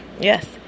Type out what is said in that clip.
Yes